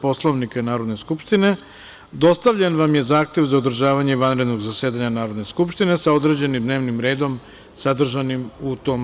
Poslovnika Narodne skupštine dostavljen vam je zahtev za održavanje vanrednog zasedanja Narodne skupštine sa određenim dnevnim redom sadržanim u tom